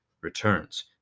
returns